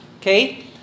Okay